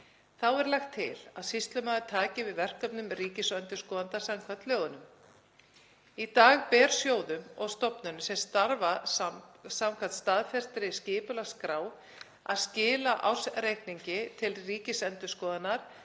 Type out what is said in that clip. Þá er lagt til að sýslumaður taki við verkefnum ríkisendurskoðanda samkvæmt lögunum. Í dag ber sjóðum og stofnunum sem starfa samkvæmt staðfestri skipulagsskrá að skila ársreikningi til Ríkisendurskoðunar